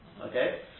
Okay